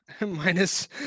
minus